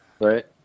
Right